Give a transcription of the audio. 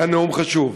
היה נאום חשוב.